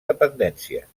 dependències